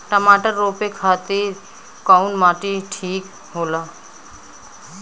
टमाटर रोपे खातीर कउन माटी ठीक होला?